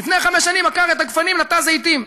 לפני חמש שנים עקר את הגפנים, נטע זיתים.